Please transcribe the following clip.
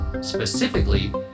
specifically